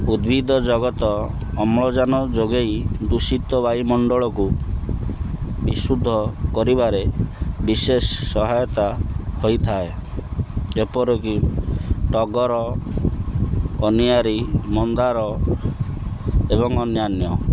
ଉଦ୍ଭିଦ ଜଗତ ଅମ୍ଳଜାନ ଯୋଗେଇ ଦୂଷିତ ବାୟୁମଣ୍ଡଳକୁ ବିଶୁଦ୍ଧ କରିବାରେ ବିଶେଷ ସହାୟତା ହୋଇଥାଏ ଯେପରିକି ଟଗର କନିଆରି ମନ୍ଦାର ଏବଂ ଅନ୍ୟାନ୍ୟ